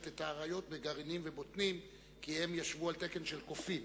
את האריות בגרעינים ובוטנים כי הם ישבו על תקן של קופים.